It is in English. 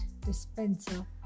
dispenser